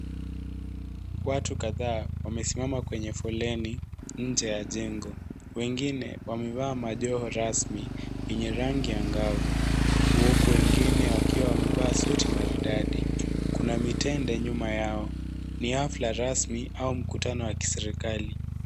Watu kadhaa wamesimama kwenye foleni nje ya jengo. Wengine wamevaa majoho rasmi yenye rangi angavu, huku wengine wakiwa wamevaa suti maridadi. Kuna mitende nyuma yao. Ni hafla rasmi au mkutano wa kiserikali.